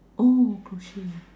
oh crochet